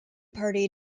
party